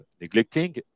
neglecting